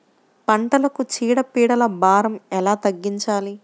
పంటలకు చీడ పీడల భారం ఎలా తగ్గించాలి?